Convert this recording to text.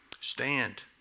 Stand